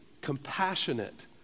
compassionate